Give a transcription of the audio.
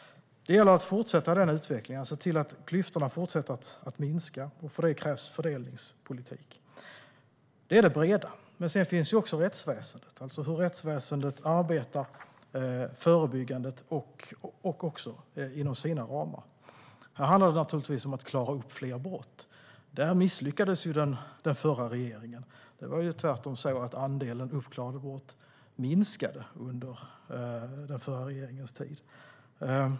Det gäller att fortsätta utvecklingen, att klyftorna fortsätter att minska. För det krävs fördelningspolitik. Det är det breda arbetet. Sedan finns också rättsväsendet. Det handlar om hur rättsväsendet arbetar förebyggande inom sina ramar. Här handlar det naturligtvis om att klara upp fler brott. Där misslyckades den förra regeringen. Det var tvärtom så att andelen uppklarade brott minskade under den förra regeringens tid.